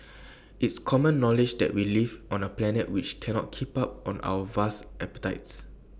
it's common knowledge that we live on A planet which cannot keep up on our vast appetites